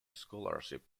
scholarship